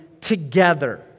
together